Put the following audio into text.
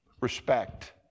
Respect